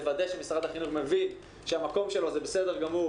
לוודא שמשרד החינוך מבין שהמקום שלו הוא שבסדר גמור